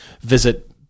visit